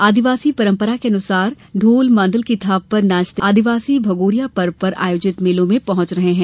आदिवासी परंपरा के अनुसार ढोल मांदल की थाप पर नाचते गाते और सज संवरकर आदिवासी भगोरिया पर्व पर आयोजित मेले में पहुंच रहे हैं